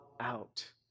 out